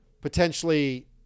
potentially